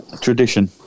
tradition